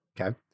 Okay